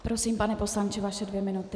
Prosím, pane poslanče, vaše dvě minuty.